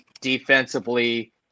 defensively